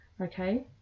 okay